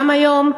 גם היום,